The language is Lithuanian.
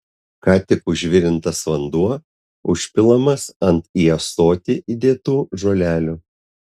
ką tik užvirintas vanduo užpilamas ant į ąsotį įdėtų žolelių